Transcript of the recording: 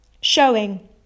showing